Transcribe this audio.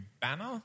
banner